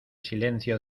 silencio